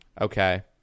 Okay